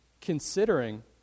considering